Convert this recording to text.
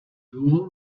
duo